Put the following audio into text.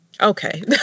Okay